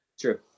True